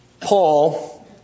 Paul